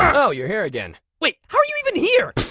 oh you're here again. wait, how are you even here!